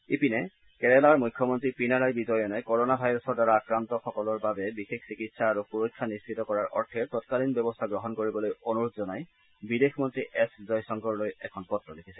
ইপিনে কেৰালাৰ মুখ্যমন্ত্ৰী পিনাৰাই বিজয়নে কোৰোনা ভাইৰাছৰ দ্বাৰা আক্ৰান্ত সকলৰ বাবে বিশেষ চিকিৎসা আৰু সুৰক্ষা নিশ্চিত কৰাৰ অৰ্থে তৎকালীন ব্যৱস্থা গ্ৰহণ কৰিবলৈ অনুৰোধ জনাই বিদেশ মন্ত্ৰী এছ জয়শংকৰলৈ এখন পত্ৰ লিখিছে